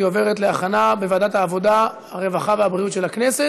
לוועדת העבודה הרווחה והבריאות נתקבלה.